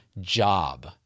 job